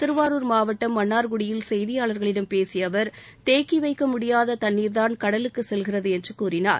திருவாரூர் மாவட்டம் மன்னார்குடியில் செய்தியாளர்களிடம் பேசிய அவர் தேக்கி வைக்க முடியாத தண்ணீர்தான் கடலுக்கு செல்கிறது என்று கூறினார்